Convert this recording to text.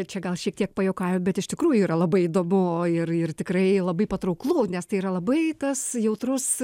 čia gal šiek tiek pajuokauju bet iš tikrųjų yra labai įdomu ir ir tikrai labai patrauklu nes tai yra labai tas jautrus